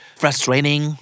frustrating